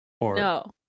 No